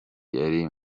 yari